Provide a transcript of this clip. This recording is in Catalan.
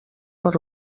per